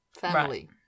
family